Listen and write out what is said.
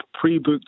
pre-booked